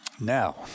Now